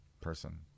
person